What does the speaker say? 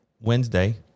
Wednesday